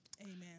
amen